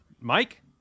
mike